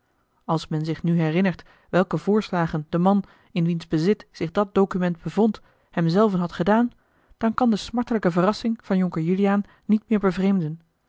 als men zich nu herinnert welke voorslagen de man in wiens bezit zich dat document bevond hem zelven had gedaan dan kan de smartelijke verrassing van jonker juliaan niet meer